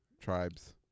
tribes